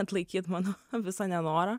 atlaikyt mano visą nenorą